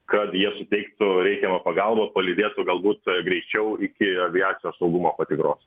kad jie suteiktų reikiamą pagalbą palydėtų galbūt greičiau iki aviacijos saugumo patikros